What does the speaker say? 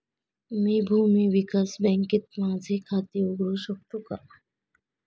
मी भूमी विकास बँकेत माझे खाते उघडू शकतो का?